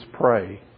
pray